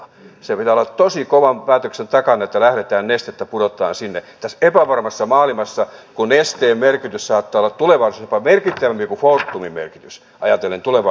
sen pitää olla tosi kovan päätöksen takana että lähdetään nestettä pudottamaan sinne tässä epävarmassa maailmassa kun nesteen merkitys saattaa olla tulevaisuudessa jopa merkittävämpi kuin fortumin ajatellen tulevaisuuden ongelmia